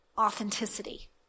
Authenticity